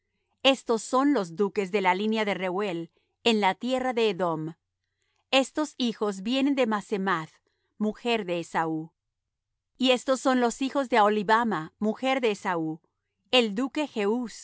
estos son los duques de la línea de reuel en la tierra de edom estos hijos vienen de basemath mujer de esaú y estos son los hijos de aholibama mujer de esaú el duque